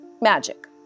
magic